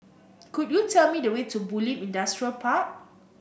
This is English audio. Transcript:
could you tell me the way to Bulim Industrial Park